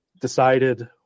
decided